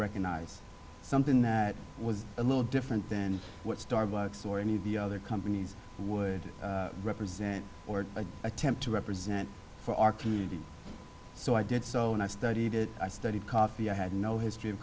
recognize something that was a little different than what starbucks or any of the other companies would it was in order to attempt to represent for our community so i did so and i studied it i studied coffee i had no history of